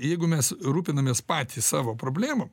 jeigu mes rūpinamės patys savo problemom